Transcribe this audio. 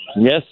Yes